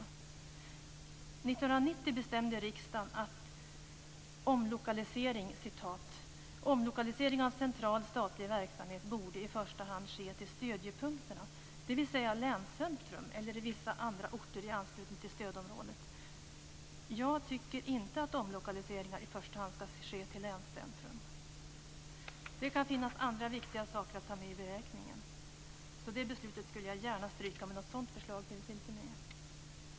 1990 bestämde riksdagen att omlokalisering av central statlig verksamhet i första hand borde ske till stödjepunkterna, dvs. till länscentrum eller vissa andra orter i anslutning till stödområdet. Jag tycker inte att omlokaliseringar i första hand skall ske till länscentrum. Det kan finnas andra viktiga saker att ta med i beräkningen. Det beslutet skulle jag alltså gärna stryka, men något sådant förslag finns inte med.